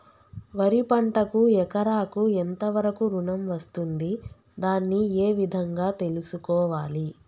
వరి పంటకు ఎకరాకు ఎంత వరకు ఋణం వస్తుంది దాన్ని ఏ విధంగా తెలుసుకోవాలి?